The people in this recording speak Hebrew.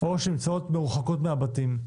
או מרוחקות מהבתים.